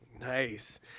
Nice